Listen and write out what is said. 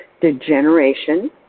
degeneration